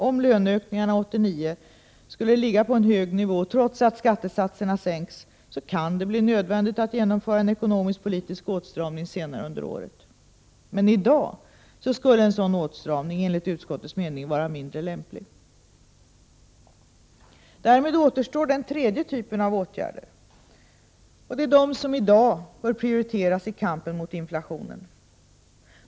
Om löneökningarna 1989 skulle ligga på en hög nivå, trots att skattesatserna sänks, kan det bli nödvändigt att genomföra en ekonomisk-politisk åtstramning senare under året. Men i dag skulle en sådan åtstramning, enligt utskottets mening, vara mindre lämplig. Därmed återstår, för det tredje, den typ av åtgärder som i dag bör prioriteras i kampen mot inflationen.